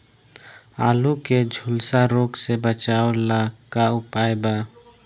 आलू के झुलसा रोग से बचाव ला का उपाय बा?